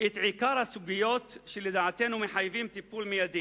את עיקר הסוגיות שלדעתנו מחייבות טיפול מיידי.